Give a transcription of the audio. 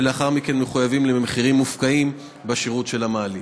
שלאחר מכן מחויבים למחירים מופקעים בשירות של המעלית.